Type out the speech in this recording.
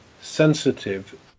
sensitive